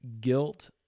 guilt